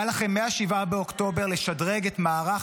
היה לכם מ-7 באוקטובר לשדרג את מערך